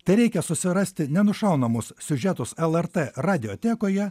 tereikia susirasti nenušaunamus siužetus lrt radiotekoje